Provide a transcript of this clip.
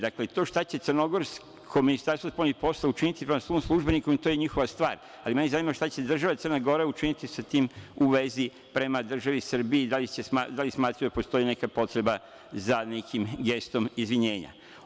Dakle, to šta će crnogorsko Ministarstvo spoljnih poslova učiniti prema svom službeniku, to je njihova stvar, ali mene zanima šta će država Crna Gora učiniti sa tim u vezi prema državi Srbiji i da li smatraju da postoji neka potreba za nekim gestom izvinjenja.